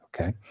okay